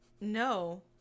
No